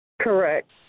Correct